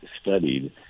studied